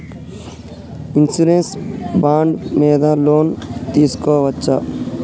Insurance bond మీద loan తీస్కొవచ్చా?